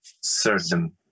certain